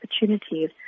opportunities